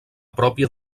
pròpia